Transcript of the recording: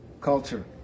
culture